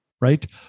right